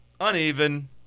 uneven